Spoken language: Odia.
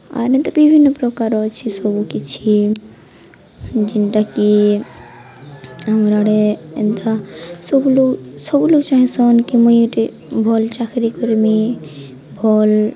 ଆର୍ ଏନ୍ତା ବିଭିନ୍ନପ୍ରକାର ଅଛେ ସବୁକିଛି ଯେନ୍ଟାକି ଆମର୍ ଆଡ଼େ ଏନ୍ତା ସବୁ ଲୋକ୍ ସବୁ ଲୋକ୍ ଚାହେଁସନ୍ କି ମୁଇଁ ଗୁଟେ ଭଲ୍ ଚାକ୍ରି କର୍ମି ଭଲ୍